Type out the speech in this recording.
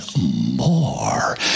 more